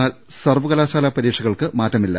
എന്നാൽ സർവകലാശാല പരീക്ഷകൾക്ക് മാറ്റമി ല്ല